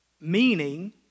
Meaning